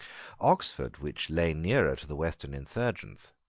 oxford, which lay nearer to the western insurgents,